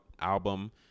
album